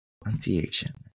Pronunciation